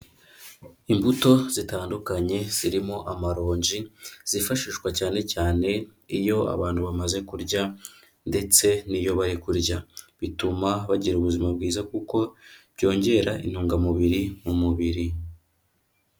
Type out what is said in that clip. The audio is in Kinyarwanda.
Imbuto zitandukanye zirimo amaronji zifashishwa cyane cyane iyo abantu bamaze kurya ndetse n'iyo bari kurya, bituma bagira ubuzima bwiza kuko byongera intungamubiri mu mubiri.